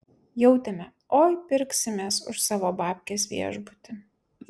jautėme oi pirksimės už savo babkes viešbutį